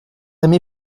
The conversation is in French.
aimé